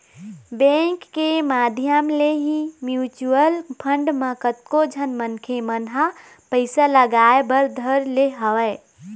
bank के माधियम ले ही म्यूचुवल फंड म कतको झन मनखे मन ह पइसा लगाय बर धर ले हवय